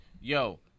yo